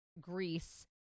Greece